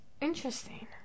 Interesting